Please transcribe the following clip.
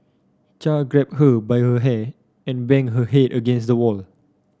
Char grabbed her by her hair and banged her head against the wall